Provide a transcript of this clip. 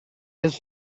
his